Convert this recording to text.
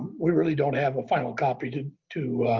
we really don't have a final copy to to